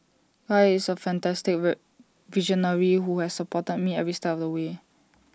guy is A fantastic visionary who has supported me every step of the way